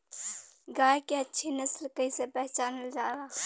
गाय के अच्छी नस्ल कइसे पहचानल जाला?